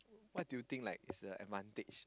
what do you think like is the advantage